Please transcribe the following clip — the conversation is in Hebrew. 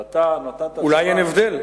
אולי אין הבדל.